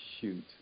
Shoot